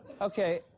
Okay